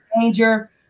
danger